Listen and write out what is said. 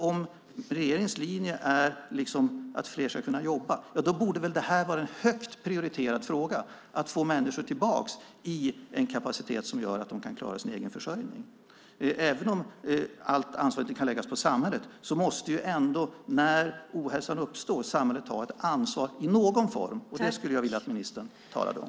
Om regeringens linje är att fler ska kunna jobba borde väl det här vara en högt prioriterad fråga för att få människor tillbaka i en kapacitet som gör att de kan klara sin egen försörjning. Även om allt ansvar inte kan läggas på samhället när ohälsan uppstår måste samhället ta ett ansvar i någon form. Det skulle jag vilja att ministern talade om.